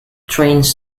trains